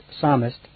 psalmist